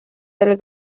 del